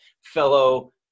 fellow